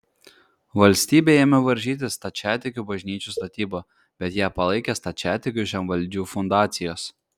valstybė ėmė varžyti stačiatikių bažnyčių statybą bet ją palaikė stačiatikių žemvaldžių fundacijos